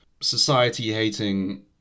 society-hating